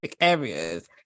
areas